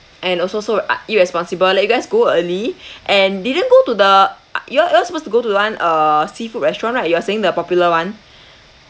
and also so uh irresponsible let you guys go early and didn't go to the uh y'all y'all supposed to go to the one err seafood restaurant right you are saying the popular [one]